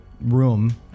room